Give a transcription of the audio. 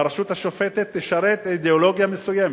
והרשות השופטת תשרת אידיאולוגיה מסוימת,